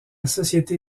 société